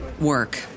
work